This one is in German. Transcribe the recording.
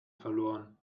verloren